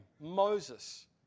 Moses